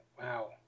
Wow